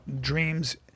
dreams